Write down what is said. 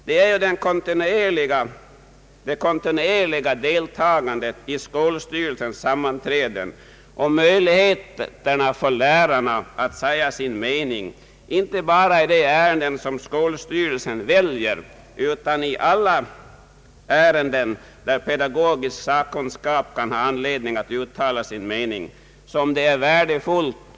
Det kontinuerliga deltagandet i skolstyrelsens sammanträden och möjligheterna för lärarna att säga sin mening, inte bara i de ärenden som skolstyrelsen väljer utan i alla ärenden där pedagogisk sakkunskap kan ha anledning att uttala sin mening, är värdefullt.